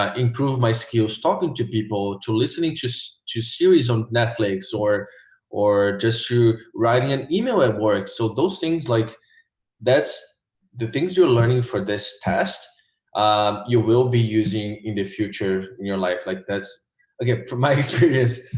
um improve my skills talking to people to listening just to series on netflix or or just to writing an email at work so those things like that's the things you're learning for this test you will be using in the future in your life like this again for my experience